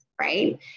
right